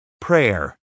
prayer